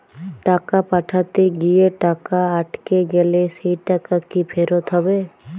টাকা পাঠাতে গিয়ে টাকা আটকে গেলে সেই টাকা কি ফেরত হবে?